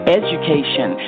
education